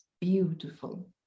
beautiful